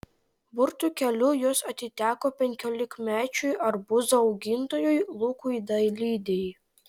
burtų keliu jos atiteko penkiolikmečiui arbūzų augintojui lukui dailidei